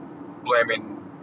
blaming